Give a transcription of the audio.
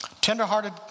Tenderhearted